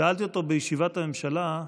שאלתי אותו בישיבת הממשלה: